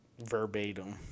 Verbatim